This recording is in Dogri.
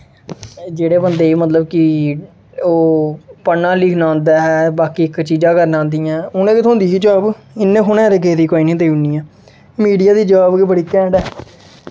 जेह्ड़े बंदे मतलब कि ओह् पढ़ना लिखना औंदा ऐ बाकी इक चीजां करना आंदियां ऐं उ'नें गी थ्होंदी ऐ जॉब इ'यां थोह्ड़े ना ऐरे गैरे देई ओड़नी ऐ मीडिया दी जॉब ते बड़ी कैंड ऐ